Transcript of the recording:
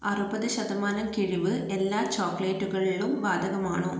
അറുപത് ശതമാനം കിഴിവ് എല്ലാ ചോക്ലേറ്റുകളിലും ബാധകമാണോ